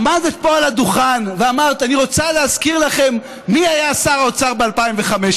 עמדת פה על הדוכן ואמרת: אני רוצה להזכיר לכם מי היה שר האוצר ב-2015.